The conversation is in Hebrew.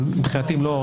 אבל מבחינתי הן לא,